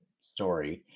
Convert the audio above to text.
story